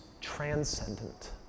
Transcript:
transcendent